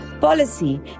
policy